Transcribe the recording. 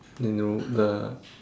you know the